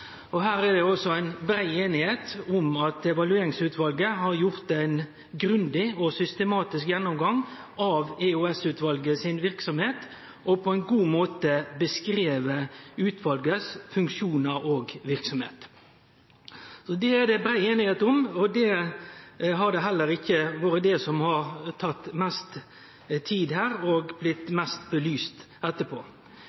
det. Her er det altså brei einigheit om at Evalueringsutvalget har gjort ein grundig og systematisk gjennomgang av EOS-utvalet si verksemd og på ein god måte beskrive utvalet sine funksjonar og verksemd. Så det er det brei einigheit om, og det er heller ikkje det som har teke mest tid her og blitt